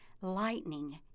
lightning